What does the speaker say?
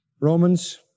Romans